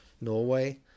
Norway